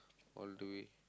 all the way